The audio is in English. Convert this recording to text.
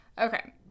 Okay